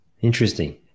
Interesting